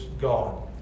God